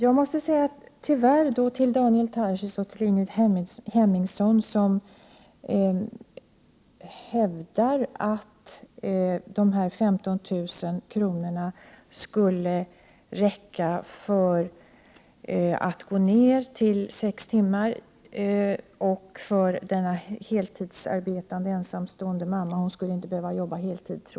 Herr talman! Daniel Tarschys och Ingrid Hemmingsson hävdade att 15 000 kr. skulle räcka för att föräldrar skulle kunna gå ner till sex timmars arbetsdag. Ulla Tillander sade att en heltidsarbetande ensamstående mamma inte skulle behöva jobba heltid.